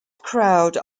crowd